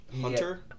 hunter